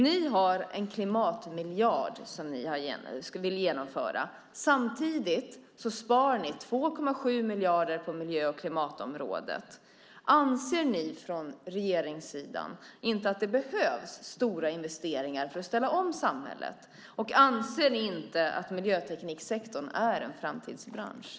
Ni har en satsning på en klimatmiljard som ni vill genomföra. Samtidigt sparar ni 2,7 miljarder på miljö och klimatområdet. Anser ni från regeringssidan inte att det behövs stora investeringar för att ställa om samhället? Och anser ni inte att miljötekniksektorn är en framtidsbransch?